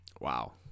wow